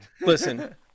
Listen